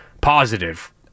positive